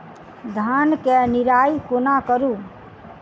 धान केँ निराई कोना करु?